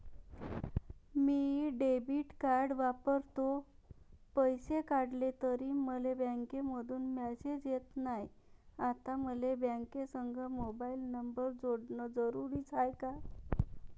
मी debit card वापरतो, पैसे काढले तरी मले बँकेमंधून मेसेज येत नाय, आता मले बँकेसंग मोबाईल नंबर जोडन जरुरीच हाय का?